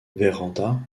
vérand’a